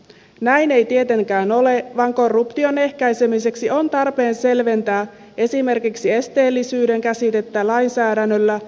näin ei tietenkään ole vaan korruption ehkäisemiseksi on tarpeen selventää esimerkiksi esteellisyyden käsitettä lainsäädännöllä